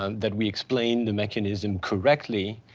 um that we explain the mechanism correctly.